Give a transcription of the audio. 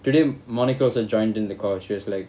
today monica also joined in the call she was like